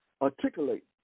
articulate